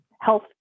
health